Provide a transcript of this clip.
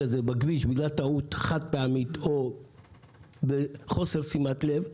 הזה בכביש בגלל טעות חד פעמית או בחוסר שימת לב,